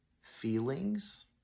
feelings